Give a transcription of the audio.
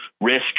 risk